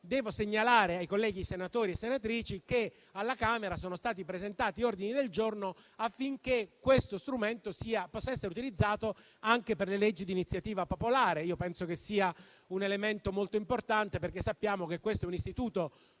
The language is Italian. segnalo ai colleghi senatori e senatrici che alla Camera sono stati presentati ordini del giorno affinché questo strumento possa essere utilizzato anche per le leggi di iniziativa popolare. Penso che sia un dato molto importante, perché sappiamo che questo è un istituto